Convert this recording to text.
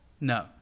No